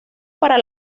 para